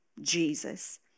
Jesus